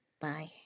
Bye